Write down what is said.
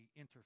interface